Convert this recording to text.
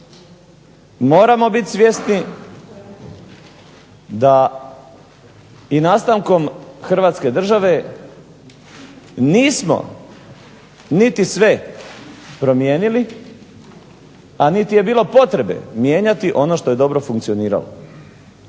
Moramo biti svjesni da i nastankom hrvatske države nismo niti sve promijenili, a niti je bilo potrebe mijenjati ono što je dobro funkcioniralo.